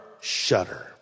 shudder